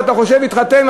ואתה חושב להתחתן,